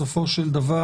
בסופו של דבר,